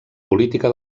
política